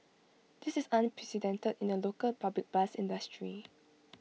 this is unprecedented in the local public bus industry